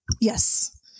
Yes